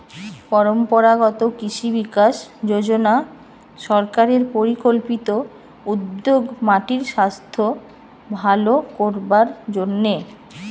পরম্পরাগত কৃষি বিকাশ যজনা সরকারের পরিকল্পিত উদ্যোগ মাটির সাস্থ ভালো করবার জন্যে